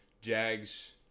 Jags